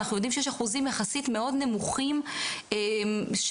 אנחנו יודעים שאחוזים מאוד נמוכים יחסית מכלל